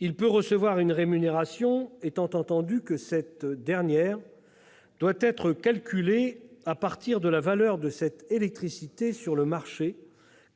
Il peut recevoir une rémunération, étant entendu que cette dernière doit être calculée à partir de la valeur de cette électricité sur le marché,